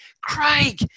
Craig